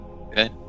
okay